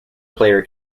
player